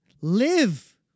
Live